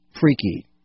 freaky